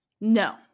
No